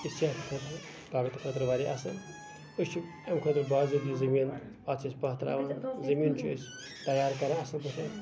طاقتہٕ خٲطرٕ واریاہ اَصٕل أسۍ چھِ امہِ خٲطرٕ باضٲبطہٕ زٔمیٖن اَتھ چھِ أسۍ پاہ ترٛاوان زٔمیٖن چھِ أسۍ تَیار کَران اَصٕل پٲٹھۍ